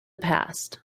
past